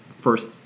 first